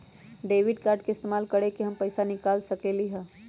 Debit card के इस्तेमाल करके हम पैईसा कईसे निकाल सकलि ह?